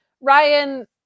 Ryan